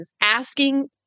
asking